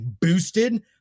boosted